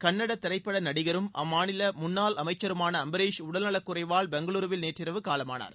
கள்னட திரைப்பட நடிகரும் அம்மாநில முன்னாள் அமைச்சருமான அம்பரீஷ் உடல்நலக் குறைவால் பெங்களூருவில் நேற்றிரவு காலமானார்